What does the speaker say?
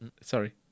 sorry